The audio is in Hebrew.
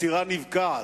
הסירה נבקעת,